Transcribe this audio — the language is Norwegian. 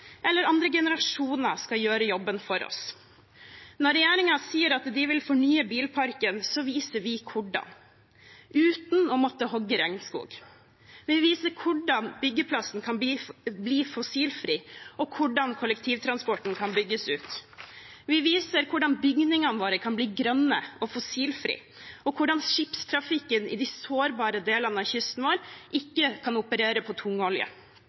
eller andre generasjoner skal gjøre jobben for oss. Når regjeringen sier de vil fornye bilparken, viser vi hvordan – uten å måte hogge regnskog. Vi viser hvordan byggeplassen kan bli fossilfri, og hvordan kollektivtransporten kan bygges ut. Vi viser hvordan bygningene våre kan bli grønne og fossilfrie, og hvordan skipstrafikken i de sårbare delene av kysten vår ikke kan operere på tungolje.